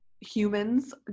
humans